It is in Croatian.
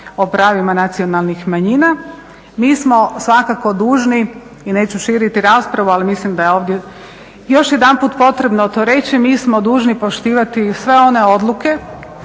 o pravima nacionalnih manjina mi smo svakako dužni i neću širiti raspravu, ali mislim da je ovdje još jedanput potrebno to reći, mi smo dužni poštivati sve one odluke